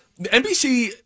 NBC